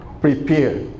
prepare